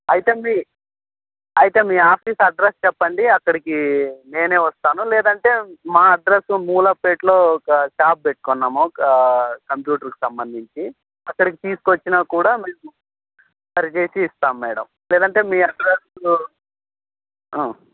అయితే మీ అయితే మీ ఆఫీస్ అడ్రస్ చెప్పండి అక్కడికి నేను వస్తాను లేదంటే మా అడ్రస్సు మూలపేట్లో ఒక స్షాప్ పెట్టుకున్నాము కంప్యూటర్కి సంబంధించి అక్కడికి తీసుకు వచ్చినా కూడా మేము సరిచేసి ఇస్తాం మేడం లేదంటే మీ అడ్రసు